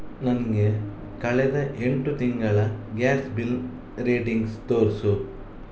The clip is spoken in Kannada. ನನಗೆ ಕಳೆದ ಎಂಟು ತಿಂಗಳ ಗ್ಯಾಸ್ ಬಿಲ್ ರೀಡಿಂಗ್ಸ್ ತೋರಿಸು